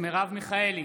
מרב מיכאלי,